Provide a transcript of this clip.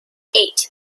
eight